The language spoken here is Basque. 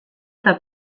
eta